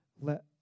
let